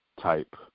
type